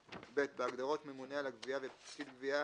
(ב)בהגדרות "ממונה על הגביה" ו"פקיד גבייה"